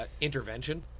intervention